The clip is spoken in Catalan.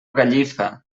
gallifa